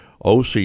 OC